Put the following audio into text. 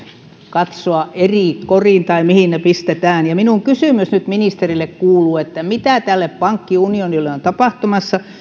katsoa eri koriin tai voitaisiin katsoa mihin ne pistetään minun kysymykseni ministerille kuuluu nyt mitä tälle pankkiunionille on tapahtumassa